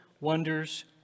Wonders